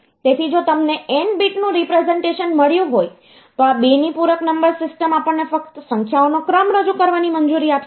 તેથી જો તમને n બીટનું રીપ્રેસનટેશન મળ્યું હોય તો આ 2 ની પૂરક નંબર સિસ્ટમ આપણને ફક્ત સંખ્યાઓનો ક્રમ રજૂ કરવાની મંજૂરી આપશે